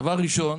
דבר ראשון: